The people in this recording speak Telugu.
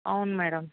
అవును మ్యాడం